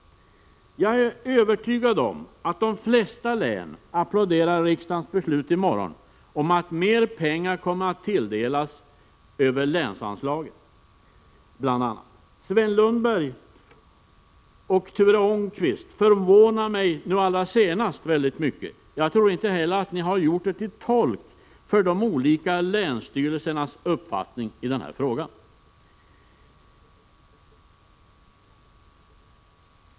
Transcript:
Jag är övertygad om att de flesta län kommer att applådera riksdagens beslut i morgon om att mera pengar kommer att tilldelas över länsanslagen. Sven Lundberg och Ture Ångqvist förvånade mig dock mycket. Jag tror inte heller att de gjorde sig tolk för de olika länsstyrelsernas uppfattning i denna fråga.